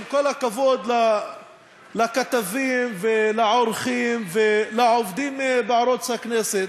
עם כל הכבוד לכתבים ולעורכים ולעובדים בערוץ הכנסת,